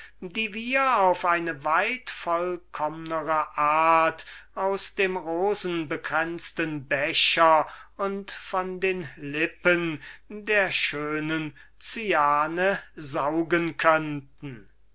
die wir auf eine weit vollkommnere art aus dem rosenbekränzten becher und von den lippen der schönen cyane saugen könnten